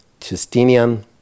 Justinian